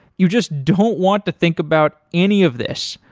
you just don't want to think about any of this.